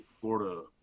Florida